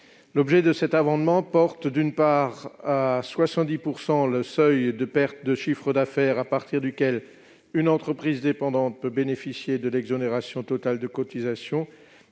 L'objet de cet amendement est donc, d'une part, de baisser à 70 % le seuil de perte de chiffre d'affaires à partir duquel une entreprise dépendante peut bénéficier de l'exonération totale de cotisations,